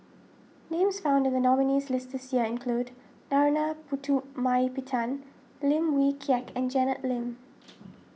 names found in the nominees list this year include Narana Putumaippittan Lim Wee Kiak and Janet Lim